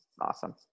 Awesome